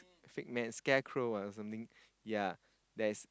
fake man scarecrow or something ya that is